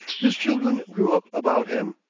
his children grew up about him.